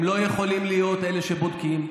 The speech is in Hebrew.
הם לא יכולים להיות אלה שבודקים,